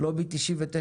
לובי 99,